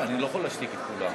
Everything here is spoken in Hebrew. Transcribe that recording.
אני לא יכול להשתיק את כולם.